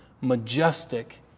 majestic